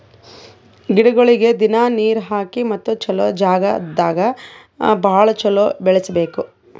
ಗಿಡಗೊಳಿಗ್ ದಿನ್ನಾ ನೀರ್ ಹಾಕಿ ಮತ್ತ ಚಲೋ ಜಾಗ್ ದಾಗ್ ಭಾಳ ಚಲೋ ಬೆಳಸಬೇಕು